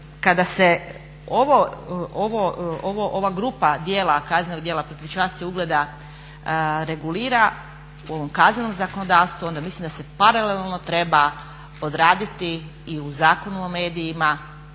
kada se ova grupa kaznenog djela protiv časti i ugleda regulira u ovom kaznenom zakonodavstvu onda mislim da se paralelno treba odraditi i u Zakonu o medijima